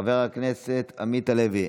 חבר הכנסת עמית הלוי,